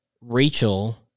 Rachel